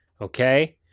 Okay